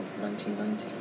1990